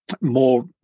more